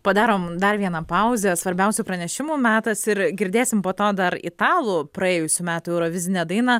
padarom dar vieną pauzę svarbiausių pranešimų metas ir girdėsim po to dar italų praėjusių metų eurovizinę dainą